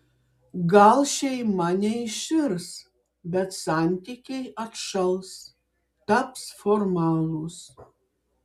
gal šeima neiširs bet santykiai atšals taps formalūs